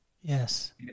Yes